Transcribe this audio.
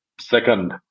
second